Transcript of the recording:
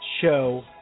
Show